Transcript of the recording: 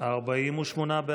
40 לא נתקבלה.